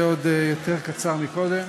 זה עוד יותר קצר מאשר קודם.